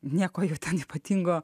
nieko jau ten ypatingo